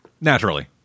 Naturally